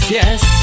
yes